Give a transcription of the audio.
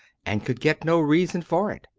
and could get no reason for it.